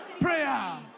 prayer